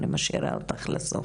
אני משאירה אותך לסוף.